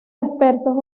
expertos